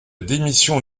démission